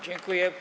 Dziękuję.